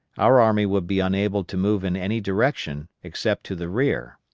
our army would be unable to move in any direction except to the rear.